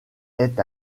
est